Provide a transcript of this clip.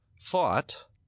Fought